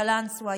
קלנסווה,